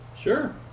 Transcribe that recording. Sure